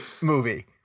movie